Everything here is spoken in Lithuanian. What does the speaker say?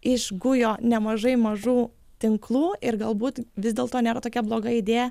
išgujo nemažai mažų tinklų ir galbūt vis dėlto nėra tokia bloga idėja